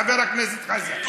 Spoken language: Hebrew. חבר הכנסת חזן.